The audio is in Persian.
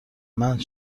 مند